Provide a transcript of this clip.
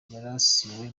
yarasiwe